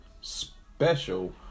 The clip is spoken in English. special